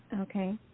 Okay